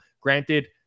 granted